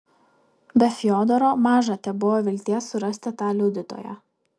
be fiodoro maža tebuvo vilties surasti tą liudytoją